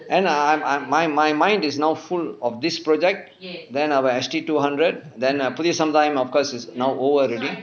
and I'm I'm my my mind is now full of this project then our S_G two hundred then err புதிய சமுதாயம்:puthiya samuthaayam of course is now over already